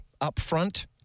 upfront